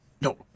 No